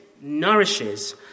nourishes